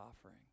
offering